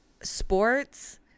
sports